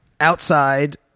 outside